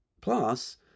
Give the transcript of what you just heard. Plus